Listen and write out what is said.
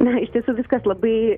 na iš tiesų viskas labai